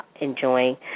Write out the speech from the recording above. enjoying